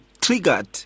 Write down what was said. triggered